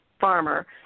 farmer